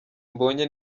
mbonye